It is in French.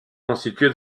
constitué